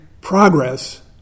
progress